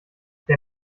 der